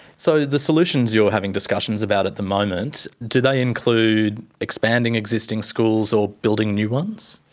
so the solutions you're having discussions about at the moment, do they include expanding existing schools or building new ones?